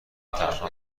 تنها